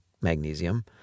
magnesium